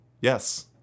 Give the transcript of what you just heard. yes